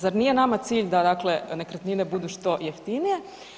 Zar nije nama cilj da dakle nekretnine budu što jeftinije?